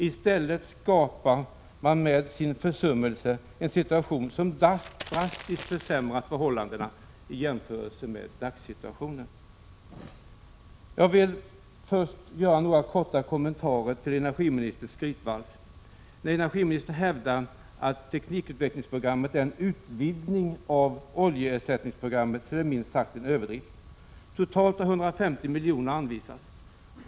I stället skapar man med sin försummelse en situation som drastiskt försämrar förhållandena i jämförelse med dagssituationen. Jag skall först göra några korta kommentarer till energiministerns skrytvals. När energiministern hävdar att ”teknikutvecklingsprogrammet” är en utvidgning av oljeersättningsprogrammet är det minst sagt en överdrift. Totalt har 150 miljoner anvisats.